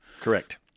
Correct